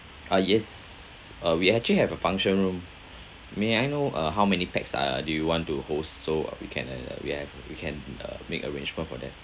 ah yes uh we actually have a function room may I know uh how many pax uh do you want to host so uh we can uh we have we can uh make arrangement for that